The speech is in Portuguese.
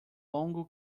longo